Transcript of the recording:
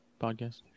podcast